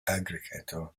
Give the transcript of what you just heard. aggregator